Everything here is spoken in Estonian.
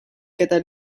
keda